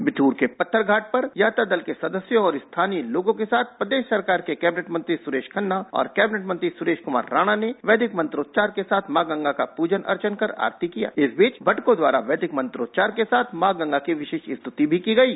बिवूर के पत्थर घाट पर यात्रा दल के सदस्यों और स्थानीय लोगो के साथ प्रदेश सरकार के कैबिनेट मंत्री सुरेश खन्ना और कैबिनेट मंत्री सुरेश कुमार राणा ने वैदिक मंत्रोच्चार के साथ माँ गंगा का पूजन अर्चन कर आरती किया इस बीच बदुकों द्वारा वैदिक मंत्रोच्चार के साथ माँ गंगा की विशेष स्तृति भी की गयी